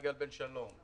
יגאל בן שלום,